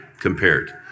compared